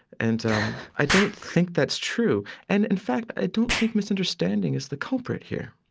and i don't think that's true. and in fact, i don't think misunderstanding is the culprit here.